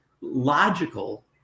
logical